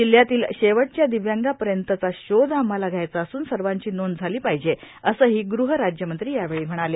जिल्ह्यातल्या शेवटच्या दिव्यांगापर्यंतचा शोध आम्हाला घ्यायचा असून सर्वाची नोंद झाली पाहिजे असंही ग्रहराज्य मंत्री यावेळी म्हणाले